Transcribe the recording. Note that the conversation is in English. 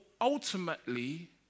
ultimately